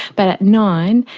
but at nine,